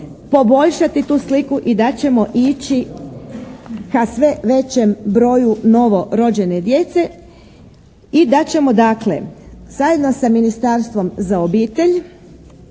poboljšati tu sliku i da ćemo ići ka sve većem broju novorođene djece i da ćemo dakle zajedno sa Ministarstvom za obitelj